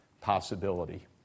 possibility